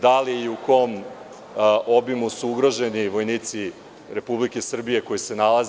Da li i u kom obimu su ugroženi vojnici Republike Srbije koji se nalaze?